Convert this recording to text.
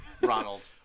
Ronald